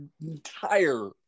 entire